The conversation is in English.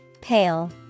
Pale